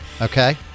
Okay